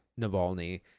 Navalny